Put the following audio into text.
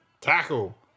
Tackle